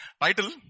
title